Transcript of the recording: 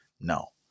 No